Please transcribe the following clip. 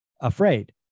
afraid